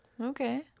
Okay